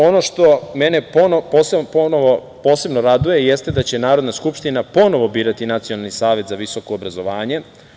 Ono što mene posebno raduje jeste da će Narodna skupština ponovo birati Nacionalni savet za visoko obrazovanje.